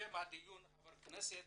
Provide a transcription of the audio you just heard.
ליוזם הדיון חבר הכנסת